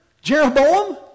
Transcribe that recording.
Jeroboam